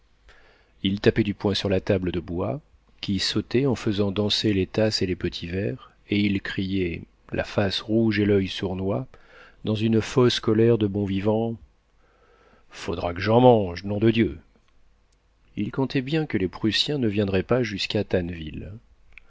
il tapait du poing sur la table de bois qui sautait en faisant danser les tasses et les petits verres et il criait la face rouge et l'oeil sournois dans une fausse colère de bon vivant faudra que j'en mange nom de dieu il comptait bien que les prussiens ne viendraient pas jusqu'à